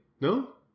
No